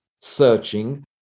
searching